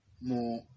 more